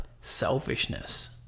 selfishness